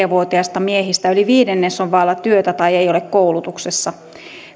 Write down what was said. vuotiaista miehistä yli viidennes on vailla työtä tai ei ole koulutuksessa